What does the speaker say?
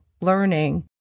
learning